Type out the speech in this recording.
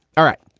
all right.